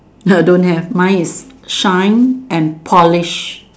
uh don't have mine is shine and polish